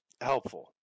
helpful